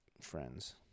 friends